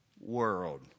world